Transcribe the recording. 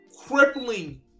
crippling